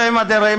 אלוהים אדירים,